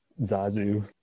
Zazu